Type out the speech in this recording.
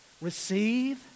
receive